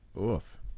Oof